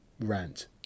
rant